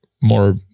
more